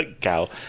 cow